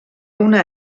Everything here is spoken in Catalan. una